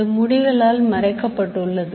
அது முடிகளால் மறைக்கப்பட்டுள்ளது